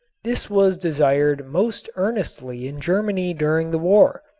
this was desired most earnestly in germany during the war,